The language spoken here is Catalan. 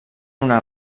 una